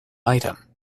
item